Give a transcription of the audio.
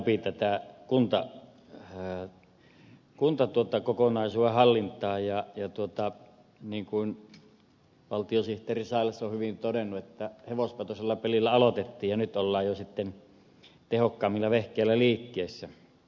pulliaisen historiaa käydä läpi tätä kuntakokonaisuuden hallintaa ja niin kuin valtiosihteeri sailas on hyvin todennut hevosvetoisella pelillä aloitettiin ja nyt ollaan jo sitten tehokkaammilla vehkeillä liikkeessä